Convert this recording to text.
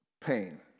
pain